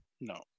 No